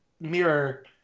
mirror